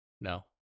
No